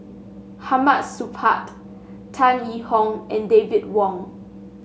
Hamid Supaat Tan Yee Hong and David Wong